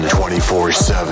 24-7